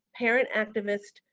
parent activist,